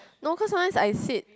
no cause sometimes I sit